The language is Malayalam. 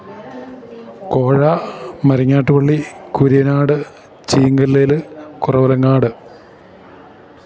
കോഴ മരിങ്ങാട്ടുപള്ളി കുര്യനാട് ചീങ്കല്ലേൽ കുറുവറങ്ങാട്